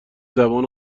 زبان